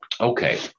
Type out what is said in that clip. Okay